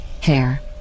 Hair